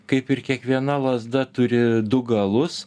kaip ir kiekviena lazda turi du galus